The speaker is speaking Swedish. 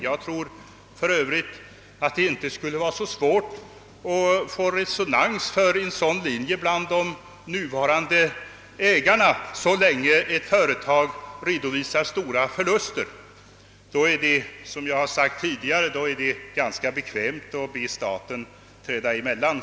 Jag tror för övrigt att det inte skulle vara så svårt att få resonans för en sådan linje bland de nuvarande ägarna, så länge företaget redovisar stora förluster. Då är det, som jag sagt tidigare, som bekant ganska bekvämt att be staten träda emellan.